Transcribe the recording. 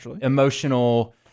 emotional